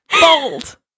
Bold